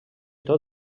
tot